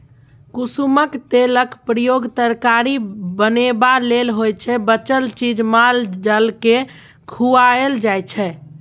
कुसुमक तेलक प्रयोग तरकारी बनेबा लेल होइ छै बचल चीज माल जालकेँ खुआएल जाइ छै